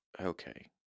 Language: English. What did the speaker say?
Okay